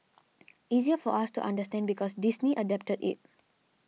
easier for us to understand because Disney adapted it